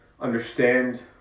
understand